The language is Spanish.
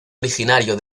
originario